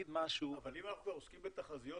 אבל אם אנחנו כבר עוסקים בתחזיות,